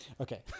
Okay